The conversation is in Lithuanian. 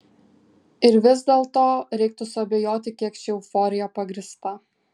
ir vis dėlto reiktų suabejoti kiek ši euforija pagrįsta